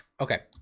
okay